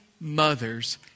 mothers